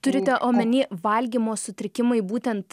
turite omeny valgymo sutrikimai būtent